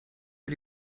für